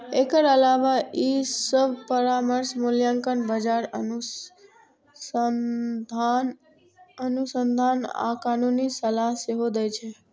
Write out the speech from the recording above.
एकर अलावे ई सभ परामर्श, मूल्यांकन, बाजार अनुसंधान आ कानूनी सलाह सेहो दै छै